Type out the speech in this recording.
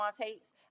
tapes